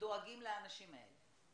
דואגים לאנשים האלה.